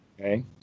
Okay